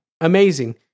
Amazing